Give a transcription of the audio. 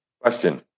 question